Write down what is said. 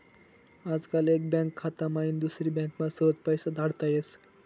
आजकाल एक बँक खाता माईन दुसरी बँकमा सहज पैसा धाडता येतस